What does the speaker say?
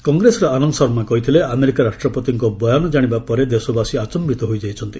କଂଗ୍ରେସର ଆନନ୍ଦ ଶର୍ମା କହିଥିଲେ ଆମେରିକା ରାଷ୍ଟ୍ରପତିଙ୍କ ବୟାନ ଜାଣିବା ପରେ ଦେଶବାସୀ ଆଚୟିତ ହୋଇଯାଇଛନ୍ତି